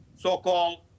so-called